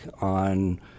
on